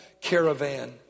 caravan